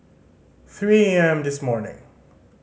three A M this morning